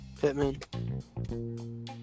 Pittman